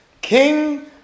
King